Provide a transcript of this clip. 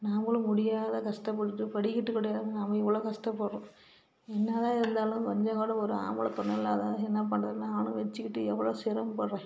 நாங்களும் முடியாத கஷ்டப்பட்டுட்டு படிக்கட்டு கிடையாத நாம் இவ்வளோ கஷ்டப்பட்றோம் என்னதான் இருந்தாலும் கொஞ்சம்கூட ஒரு ஆம்பளைத் துணை இல்லாத என்ன பண்ணுறது நானும் வச்சுக்கிட்டு எவ்வளோ சிரமப்படுறேன்